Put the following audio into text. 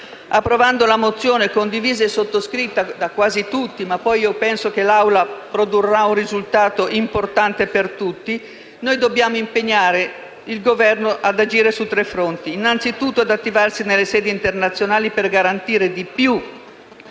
Approvando la mozione, condivisa e sottoscritta da quasi tutti (ma penso che l'Assemblea produrrà un risultato importante per tutti), dobbiamo impegnare il Governo ad agire su tre fronti. Innanzitutto, è necessario attivarsi nelle sedi internazionali per garantire, in